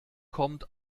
kommt